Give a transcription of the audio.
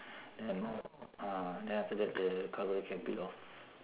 then ah then after that the cover can peel off